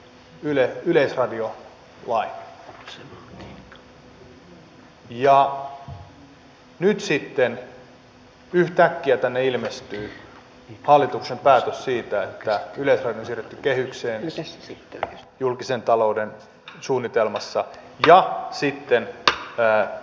ja nyt sitten yhtäkkiä tänne ilmestyy hallituksen päätös siitä että yleisradio on siirretty kehykseen julkisen talouden suunnitelmassa ja sitten myös tämä indeksiasia